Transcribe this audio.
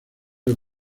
les